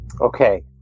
okay